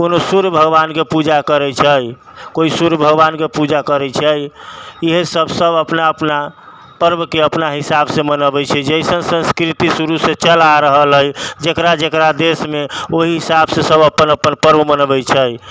कोनो सूर्य भगवानके पूजा करै छै कोइ सूर्य भगवानके पूजा करै छै इएहसब सब अपना अपना पर्वके अपना हिसाबसँ मनबै छै जइसन संस्कृति शुरूसँ चलि आबि रहल अइ जकरा जकरा देशमे ओहि हिसाबसँ सब अपन अपन पर्व मनबै छै